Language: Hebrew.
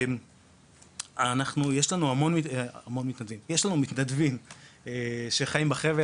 יש לנו מתנדבים שחיים בחבל,